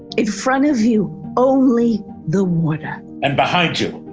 in front of you, only the water. and behind you,